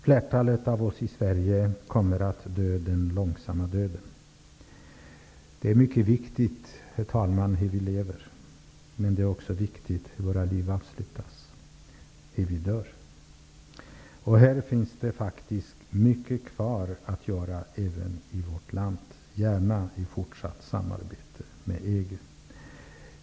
Flertalet av oss i Sverige kommer att dö den långsamma döden. Det är mycket viktigt, herr talman, hur vi lever. Men det är också viktigt hur våra liv avslutas, hur vi dör, och här finns det faktiskt mycket kvar att göra även i vårt land, gärna i fortsatt samarbete med EG.